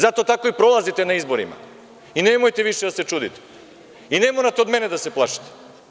Zato tako i prolazite na izborima i nemojte više da se čudite i ne morate od mene da se plašite.